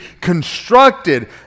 constructed